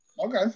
Okay